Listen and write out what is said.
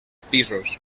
pisos